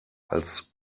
als